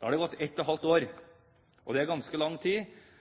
Da har det gått ett og et halvt